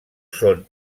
són